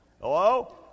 Hello